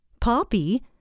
Poppy